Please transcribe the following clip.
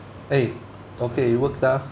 eh okay it works ah